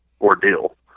ordeal